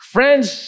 Friends